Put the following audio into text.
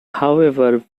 however